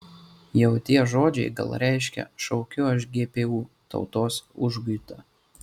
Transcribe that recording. jau tie žodžiai gal reiškia šaukiu aš gpu tautos užguitą